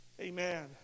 Amen